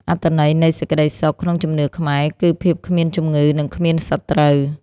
អត្ថន័យនៃ សេចក្ដីសុខ ក្នុងជំនឿខ្មែរ គឺភាពគ្មានជំងឺ និងគ្មានសត្រូវ។